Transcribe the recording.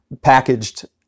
packaged